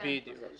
בדיוק.